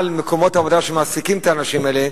מקומות עבודה שמעסיקים את האנשים האלה,